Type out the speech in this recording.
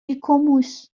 ایکوموس